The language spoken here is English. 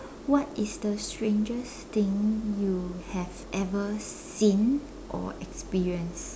what is the strangest thing you have ever seen or experienced